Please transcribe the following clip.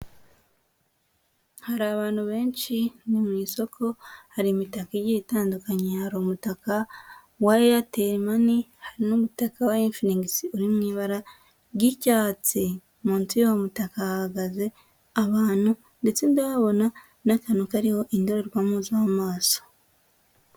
Hari abantu benshi ni mu isoko hari imitako igiye itandukanye hari umutaka wa Airtel mani n'umutaka wa imfinigisi iri mu ibara ry'icyatsi munsi y'uwo mutaka hahagaze abantu ndetse ndahabona n'akantu kariho indorerwamo z'amaso.